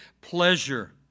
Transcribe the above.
pleasure